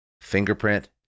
Fingerprint